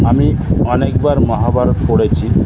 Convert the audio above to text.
আমি অনেকবার মহাভারত পড়েছি